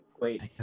Wait